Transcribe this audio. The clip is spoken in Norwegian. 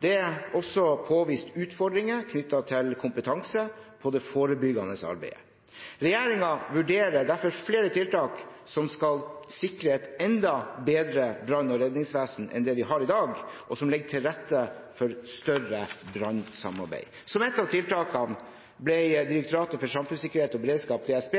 Det er også påvist utfordringer knyttet til kompetanse på det forebyggende arbeidet. Regjeringen vurderer derfor flere tiltak som skal sikre et enda bedre brann- og redningsvesen enn det vi har i dag, og som legger til rette for større brannsamarbeid. Som et av tiltakene ble Direktoratet for samfunnssikkerhet og beredskap, DSB,